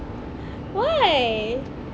why